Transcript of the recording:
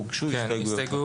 הוגשו הסתייגויות.